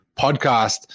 podcast